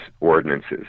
ordinances